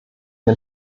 den